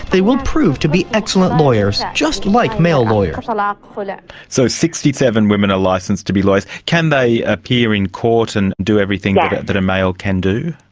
they will prove to be excellent lawyers, just like male lawyers. um ah so sixty seven women are licensed to be lawyers. can they appear in court and do everything and that a male can do?